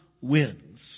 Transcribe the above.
wins